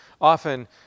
often